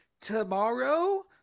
tomorrow